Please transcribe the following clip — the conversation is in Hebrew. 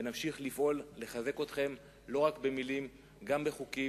ונמשיך לפעול ולחזק אתכן לא רק במלים אלא גם בחוקים,